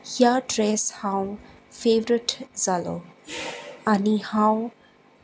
ह्या ड्रेस हांव फेवरेट जालो आनी हांव